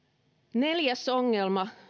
neljäs ongelma